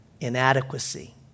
inadequacy